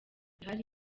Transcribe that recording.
bihari